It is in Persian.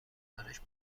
گزارش